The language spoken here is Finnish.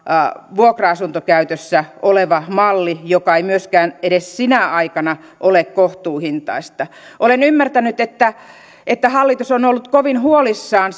vuokra asuntokäytössä oleva malli joka ei myöskään edes sinä aikana ole kohtuuhintaista olen ymmärtänyt että että hallitus on on ollut kovin huolissaan